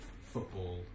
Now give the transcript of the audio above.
football